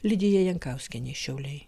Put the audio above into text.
lidija jankauskienė šiauliai